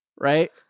Right